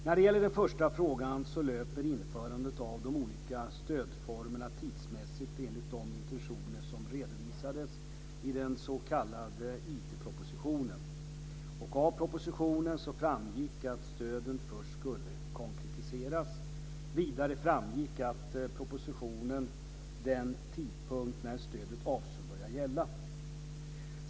När det gäller den första frågan löper införandet av de olika stödformerna tidsmässigt enligt de intentioner som redovisades i den s.k. IT-propositionen . Av propositionen framgick att stöden först skulle konkretiseras. Vidare framgick av propositionen den tidpunkt när stöden avsågs börja gälla.